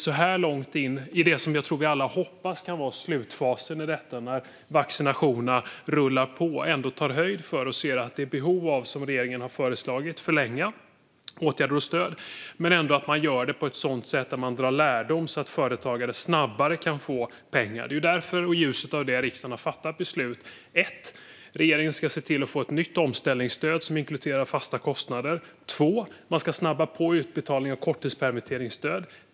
Så här långt in i det som jag tror att vi alla hoppas kan vara slutfasen, nu när vaccinationerna rullar på, tycker jag att vi ska ta höjd för att behovet av förlängningar av åtgärder och stöd, vilket regeringen har föreslagit, ska göras genom att man drar lärdom så att företagare kan få pengar snabbare. Det är i ljuset av det som riksdagen har fattat en del beslut. För det första ska regeringen se till att få på plats ett nytt omställningsstöd som inkluderar fasta kostnader. För det andra ska man snabba på utbetalningar av korttidspermitteringsstöd.